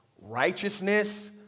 righteousness